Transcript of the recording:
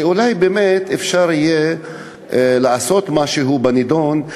שאולי באמת יהיה אפשר לעשות משהו בנדון,